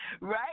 Right